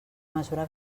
mesura